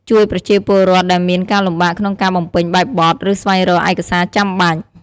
ជួយប្រជាពលរដ្ឋដែលមានការលំបាកក្នុងការបំពេញបែបបទ ឬស្វែងរកឯកសារចាំបាច់។